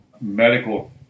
medical